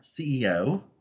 CEO